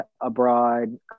abroad